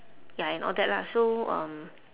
ya and all that lah so um